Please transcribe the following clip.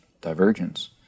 divergence